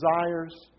desires